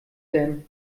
denn